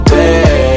day